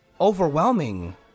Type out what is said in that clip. overwhelming